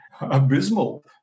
abysmal